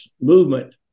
movement